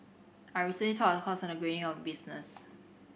I recently taught a course on the greening of business